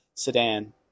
sedan